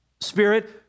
Spirit